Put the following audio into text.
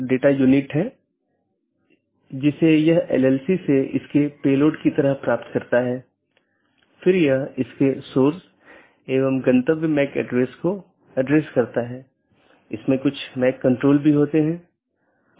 यह मूल रूप से ऑटॉनमस सिस्टमों के बीच सूचनाओं के आदान प्रदान की लूप मुक्त पद्धति प्रदान करने के लिए विकसित किया गया है इसलिए इसमें कोई भी लूप नहीं होना चाहिए